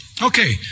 Okay